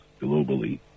globally